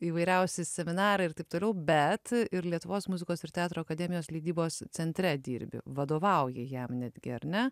įvairiausi seminarai ir taip toliau bet ir lietuvos muzikos ir teatro akademijos leidybos centre dirbi vadovauji jam netgi ar ne